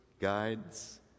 guides